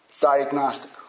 Diagnostic